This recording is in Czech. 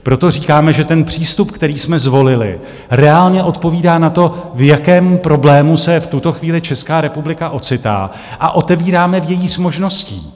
Proto říkáme, že přístup, který jsme zvolili, reálně odpovídá tomu, v jakému problému se v tuto chvíli Česká republika ocitá, a otevíráme vějíř možností.